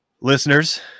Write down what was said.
Listeners